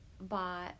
bought